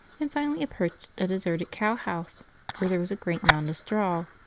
and finally approached a deserted cow-house where there was a great mound of straw.